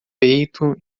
peito